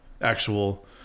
actual